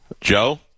Joe